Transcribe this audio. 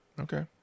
Okay